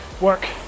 work